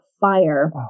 fire